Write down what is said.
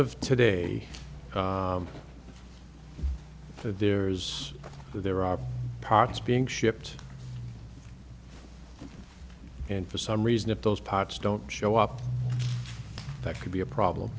of today there's there are parts being shipped and for some reason if those parts don't show up that could be a problem